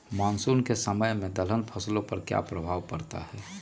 Monsoon के समय में दलहन फसलो पर क्या प्रभाव पड़ता हैँ?